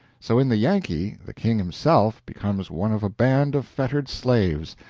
so in the yankee the king himself becomes one of a band of fettered slaves,